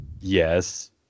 Yes